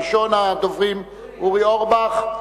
ראשון הדוברים, חבר הכנסת אורי אורבך,